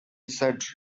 said